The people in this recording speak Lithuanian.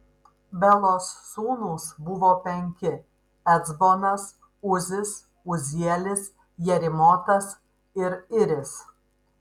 belos sūnūs buvo penki ecbonas uzis uzielis jerimotas ir iris